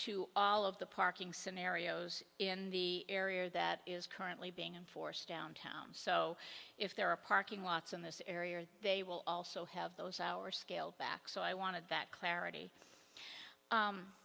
to all of the parking scenarios in the area that is currently being enforced downtown so if there are parking lots in this area they will also have those hours scaled back so i wanted that clarity